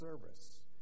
service